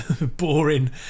Boring